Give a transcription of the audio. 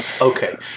Okay